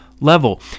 level